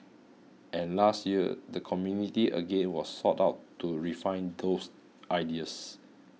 and last year the community again was sought out to refine those ideas